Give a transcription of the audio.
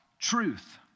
truth